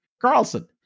Carlson